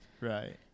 Right